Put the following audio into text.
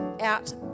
out